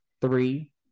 three